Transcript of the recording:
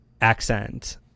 accent